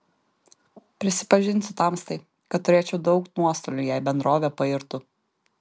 prisipažinsiu tamstai kad turėčiau daug nuostolių jei bendrovė pairtų